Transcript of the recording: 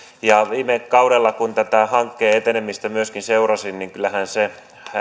viime kaudella kun tätä hankkeen etenemistä myöskin seurasin kyllähän se